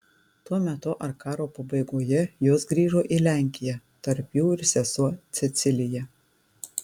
tuo metu ar karo pabaigoje jos grįžo į lenkiją tarp jų ir sesuo cecilija